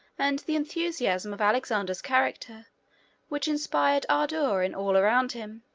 and the enthusiasm of alexander's character which inspired ardor in all around him,